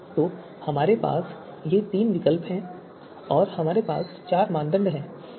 तो हमारे पास ये तीन विकल्प हैं और हमारे पास चार मानदंड हैं